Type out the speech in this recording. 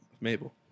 Mabel